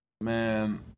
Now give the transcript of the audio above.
Man